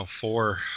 four